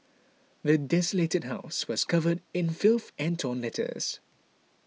the desolated house was covered in filth and torn letters